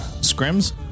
Scrim's